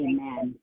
Amen